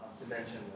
dimension